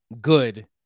good